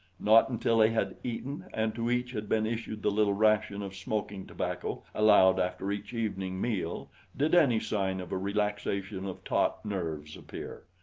not until they had eaten and to each had been issued the little ration of smoking tobacco allowed after each evening meal did any sign of a relaxation of taut nerves appear.